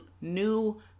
new